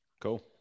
cool